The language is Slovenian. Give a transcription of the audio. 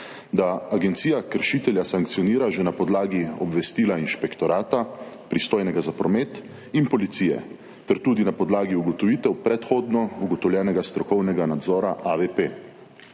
da agencija kršitelja sankcionira že na podlagi obvestila inšpektorata, pristojnega za promet, in policije ter tudi na podlagi ugotovitev predhodno ugotovljenega strokovnega nadzora AVP.